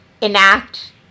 enact